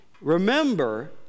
Remember